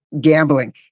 gambling